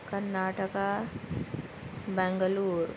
Karnataka Bangalore